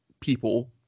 people